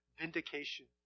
vindication